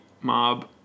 mob